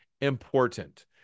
important